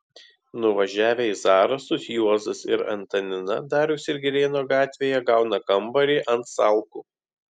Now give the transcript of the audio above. nuvažiavę į zarasus juozas ir antanina dariaus ir girėno gatvėje gauna kambarį ant salkų